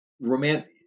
romantic